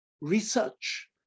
research